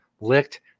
licked